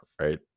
right